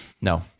No